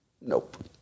Nope